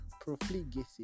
Profligacy